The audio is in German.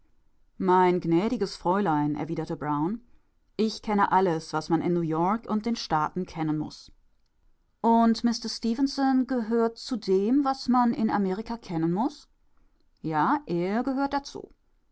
mein gnädiges fräulein erwiderte brown ich kenne alles was man in neuyork und den staaten kennen muß und mister stefenson gehört zu dem was man in amerika kennen muß ja er gehört dazu